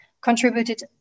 contributed